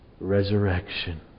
Resurrection